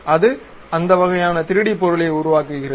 அது அந்த வகையான 3D பொருளை உருவாக்குகிறது